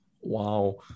Wow